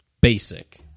Basic